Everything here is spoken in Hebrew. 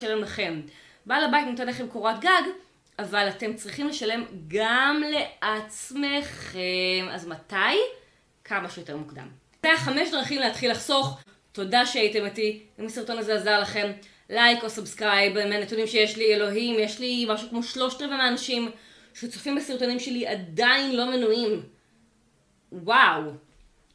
בעל הבית נותן לכם קורת גג אבל אתם צריכים לשלם גם לעצמכם. אז מתי? כמה שיותר מוקדם. זה החמש דרכים להתחיל לחסוך תודה שהייתם איתי, אם הסרטון הזה עזר לכם לייק או סאבסקרייב באמת, הנתונים שיש לי אלוהים, יש לי משהו כמו 3/4 מהאנשים שצופים בסרטונים שלי עדיין לא מנויים וואו